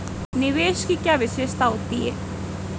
निवेश की क्या विशेषता होती है?